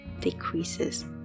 decreases